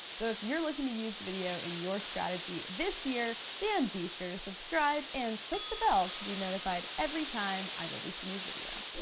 so if you're looking to use video in your strategy this year, then be sure to subscribe and click the bell to be notified every time i release a new video.